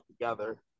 together